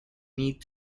need